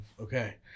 okay